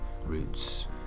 roots